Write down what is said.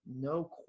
no